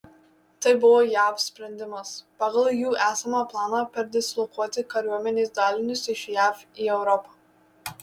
tai buvo jav sprendimas pagal jų esamą planą perdislokuoti kariuomenės dalinius iš jav į europą